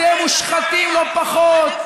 אתם מושחתים לא פחות.